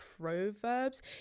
proverbs